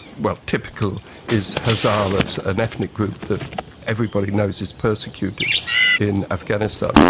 well, typical is hazaras, an ethnic group that everybody knows is persecuted in afghanistan.